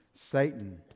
Satan